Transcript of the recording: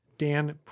Dan